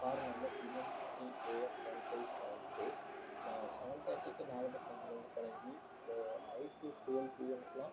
car number TN fifty A F one five seven two நான் seven தேர்டிக்கு நாகபட்னத்துலேந்து கிளம்பி நைட்டு டுவெல் பிஎம்க்குலாம்